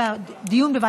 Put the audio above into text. בבקשה,